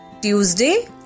Tuesday